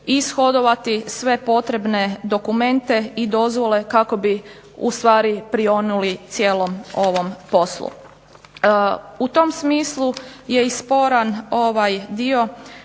ishodovati sve potrebne dokumente i dozvole kako bi prionuli cijelom ovom poslu. U tom smislu je sporan ovaj dio